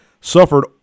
suffered